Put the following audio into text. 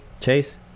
Chase